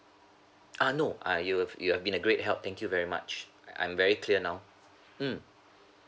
ah no uh you've you've been a great help thank you very much I'm very clear now mm